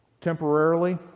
temporarily